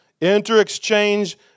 Inter-exchange